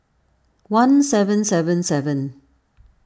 one seven seven seven